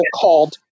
called